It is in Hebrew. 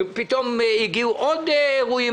ופתאום הגיעו עוד אירועים.